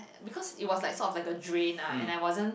because it was like sort of like a drain ah and I wasn't